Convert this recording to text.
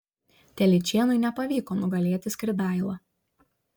telyčėnui nepavyko nugalėti skridailą